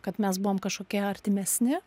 kad mes buvom kažkokie artimesni